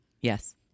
Yes